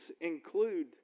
include